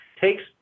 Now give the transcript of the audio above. takes